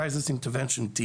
Crisis Intervention Teams